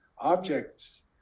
objects